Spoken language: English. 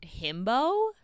himbo